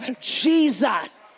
Jesus